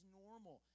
normal